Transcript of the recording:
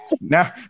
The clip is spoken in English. now